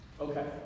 Okay